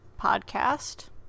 podcast